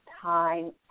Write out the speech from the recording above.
Time